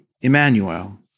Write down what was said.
Emmanuel